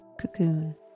cocoon